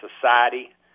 society